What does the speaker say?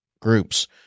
groups